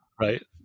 Right